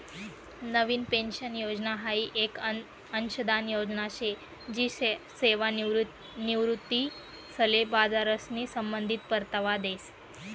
नवीन pension योजना हाई येक अंशदान योजना शे जी सेवानिवृत्तीसले बजारशी संबंधित परतावा देस